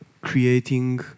creating